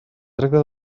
tracta